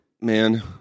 man